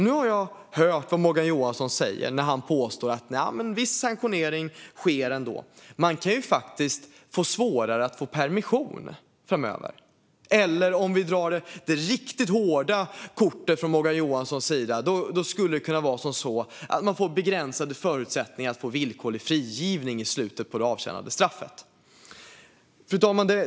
Nu påstår Morgan Johansson att viss sanktionering ändå sker. Man kan ju faktiskt få svårare att få permission framöver! Om vi drar det riktigt hårda kortet från Morgan Johanssons sida skulle det kunna vara som så att man får begränsade förutsättningar att få villkorlig frigivning i slutet av det avtjänade straffet. Fru talman!